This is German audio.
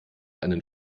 einen